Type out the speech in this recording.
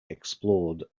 explored